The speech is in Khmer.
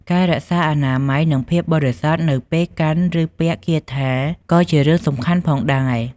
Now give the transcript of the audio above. ការរក្សាអនាម័យនិងភាពបរិសុទ្ធនៅពេលកាន់ឬពាក់គាថាក៏ជារឿងសំខាន់ផងដែរ។